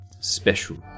special